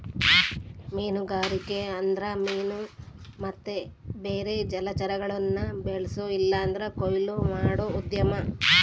ಮೀನುಗಾರಿಕೆ ಅಂದ್ರ ಮೀನು ಮತ್ತೆ ಬೇರೆ ಜಲಚರಗುಳ್ನ ಬೆಳ್ಸೋ ಇಲ್ಲಂದ್ರ ಕೊಯ್ಲು ಮಾಡೋ ಉದ್ಯಮ